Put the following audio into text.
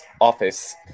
office